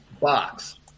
box